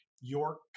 York